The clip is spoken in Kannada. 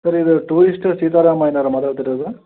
ಸರ್ ಇದು ಟೂರಿಸ್ಟು ಸೀತಾರಾಮಯ್ಯನವರಾ ಮಾತಾಡ್ತಿರೋದು